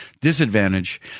disadvantage